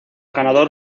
ganador